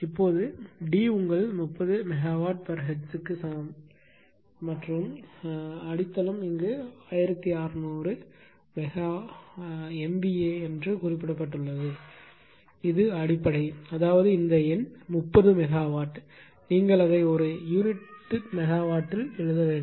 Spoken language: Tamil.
இப்போது D உங்கள் 30 MWHz க்கு சமம் மற்றும் அடித்தளம் இங்கு 1600 MVA என குறிப்பிடப்பட்டுள்ளது இது அடிப்படை அதாவது இந்த எண் 30 மெகாவாட் நீங்கள் அதை ஒரு யூனிட் மெகாவாட்டில் எழுத வேண்டும்